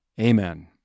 Amen